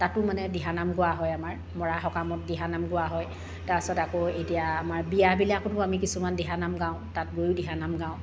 তাতো মানে দিহানাম গোৱা হয় আমাৰ মৰা সকামত দিহানাম গোৱা হয় তাৰপাছত আকৌ এতিয়া আমাৰ বিয়াবিলাকতো আমি কিছুমান দিহানাম গাওঁ তাত গৈয়ো দিহানাম গাওঁ